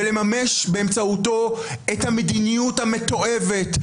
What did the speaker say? ולממש באמצעותו את המדיניות המתועבת,